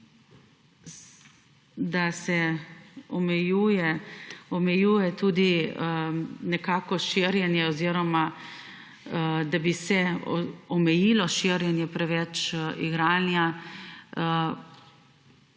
da se omejuje širjenje oziroma da bi se omejilo širjenje preveč igranja.